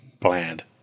Bland